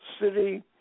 city